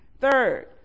Third